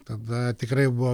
tada tikrai buvo